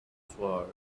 sword